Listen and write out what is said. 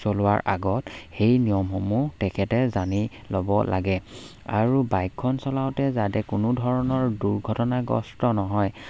চলোৱাৰ আগত সেই নিয়মসমূহ তেখেতে জানি ল'ব লাগে আৰু বাইকখন চলাওঁতে যাতে কোনো ধৰণৰ দুৰ্ঘটনাগ্ৰস্ত নহয়